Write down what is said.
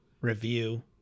review